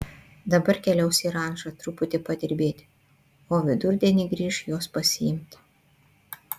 dabar keliaus į rančą truputį padirbėti o vidurdienį grįš jos pasiimti